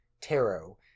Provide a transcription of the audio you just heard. tarot